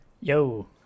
Yo